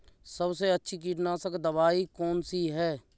सबसे अच्छी कीटनाशक दवाई कौन सी है?